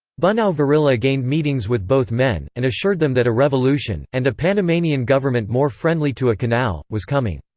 bunau-varilla gained meetings with both men, and assured them that a revolution, and a panamanian government more friendly to a canal, was coming.